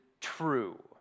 true